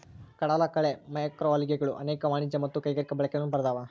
ಕಡಲಕಳೆ ಮ್ಯಾಕ್ರೋಲ್ಗೆಗಳು ಅನೇಕ ವಾಣಿಜ್ಯ ಮತ್ತು ಕೈಗಾರಿಕಾ ಬಳಕೆಗಳನ್ನು ಪಡ್ದವ